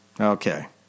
Okay